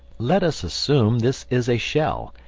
let us assume this is a shell,